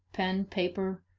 pen, paper,